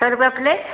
कै रुपये प्लेट